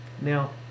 Now